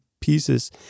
pieces